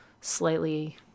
slightly